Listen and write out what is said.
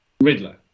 Riddler